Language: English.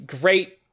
great